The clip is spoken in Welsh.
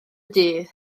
dydd